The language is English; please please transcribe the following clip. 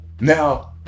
Now